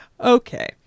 Okay